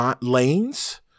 lanes